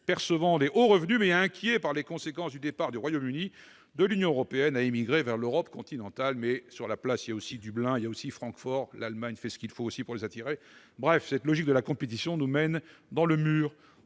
percevant de hauts revenus, mais inquiets par les conséquences du départ du Royaume-Uni de l'Union européenne, à immigrer vers l'Europe continentale. Mais sur la place, il y a aussi Dublin, Francfort. L'Allemagne fait aussi ce qu'il faut pour les attirer. Bref, la logique de la compétition nous mène droit dans le mur.